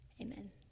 Amen